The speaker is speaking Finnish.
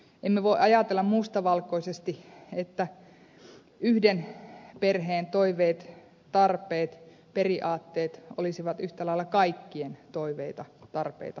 emme voi ajatella mustavalkoisesti että yhden perheen toiveet tarpeet periaatteet olisivat yhtä lailla kaikkien toiveita tarpeita periaatteita